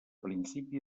principi